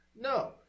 No